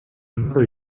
another